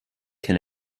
can